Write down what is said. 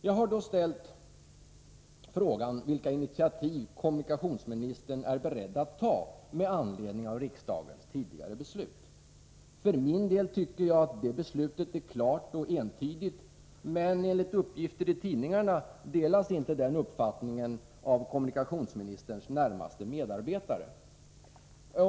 Jag har då ställt frågan vilka initiativ kommunikationsministern är beredd att ta med anledning av riksdagens tidigare beslut. För min del tycker jag att det beslutet är klart och entydigt, men enligt uppgifter i tidningarna delas inte den uppfattningen av kommunikationsministerns närmaste medarbetare.